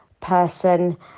person